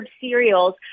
cereals